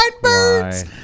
birds